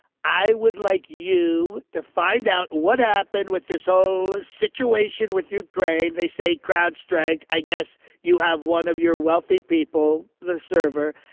i would like you to find out what happened with this whole situation with ukraine. they say crowdstrike. i guess you have one of your wealthy people, the server.